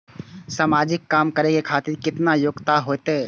समाजिक काम करें खातिर केतना योग्यता होते?